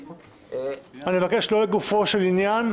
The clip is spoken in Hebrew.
אני מבקש לא לגופו של עניין,